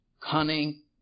Cunning